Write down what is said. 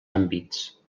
àmbits